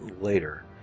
later